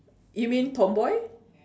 you mean tomboy